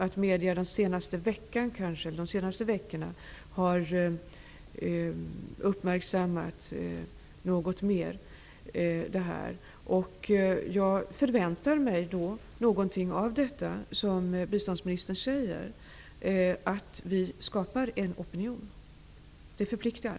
Men under de senaste veckorna har nog medierna ändå något mera uppmärksammat de här förhållandena. Jag förväntar mig av det som biståndsministern här säger att vi skapar en opinion -- det förpliktar!